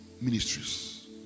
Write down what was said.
ministries